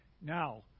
Now